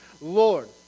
Lord